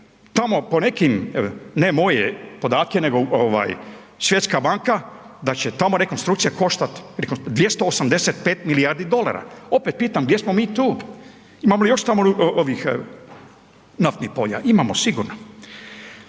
tamo po nekim, ne moje podatke, nego ovaj Svjetska banka da će tamo rekonstrukcija koštat 285 milijardi dolara, opet pitam gdje smo mi tu? Imamo li još tamo ovih naftnih polja, imamo sigurno.